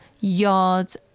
yards